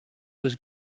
was